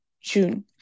June